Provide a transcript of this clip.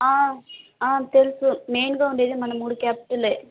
తెల్సు మెయిన్గా ఉండేది మన మూడు క్యాపిటల్